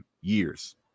years